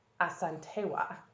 Asantewa